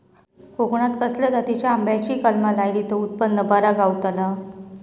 कोकणात खसल्या जातीच्या आंब्याची कलमा लायली तर उत्पन बरा गावताला?